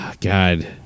God